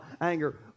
anger